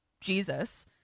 Jesus